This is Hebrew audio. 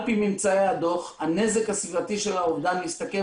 על פי ממצאי הדוח הנזק הסביבתי של האובדן מסתכם